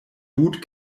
boot